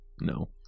No